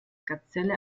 gazelle